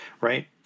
right